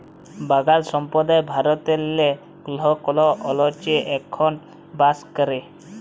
বাগাল সম্প্রদায় ভারতেল্লে কল্হ কল্হ অলচলে এখল বাস ক্যরে